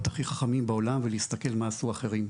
הכי חכמים בעולם ולהסתכל מה עשו אחרים.